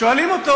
כששואלים אותו: